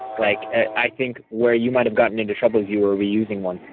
like ah i think where you might've gotten into trouble is you were reusing one.